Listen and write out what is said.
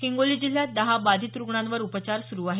हिंगोली जिल्ह्यात दहा बाधित रुग्णांवर उपचार सुरु आहेत